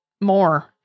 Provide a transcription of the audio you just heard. more